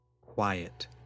Quiet